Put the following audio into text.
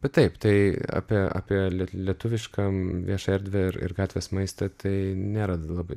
bet taip tai apie apie liet lietuvišką viešą erdvę ir ir gatvės maistą tai nėra labai